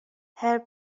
her